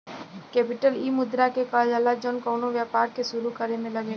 capital इ मुद्रा के कहल जाला जौन कउनो व्यापार के सुरू करे मे लगेला